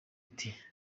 ati